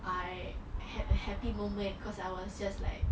I had a happy moment cause I was just like